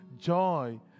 joy